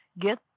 get